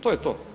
To je to.